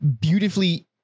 beautifully